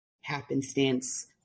Happenstance